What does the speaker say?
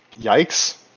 yikes